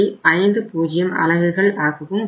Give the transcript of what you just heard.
50 அலகுகள் ஆகவும் வரும்